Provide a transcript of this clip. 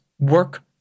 Work